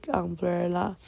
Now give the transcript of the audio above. umbrella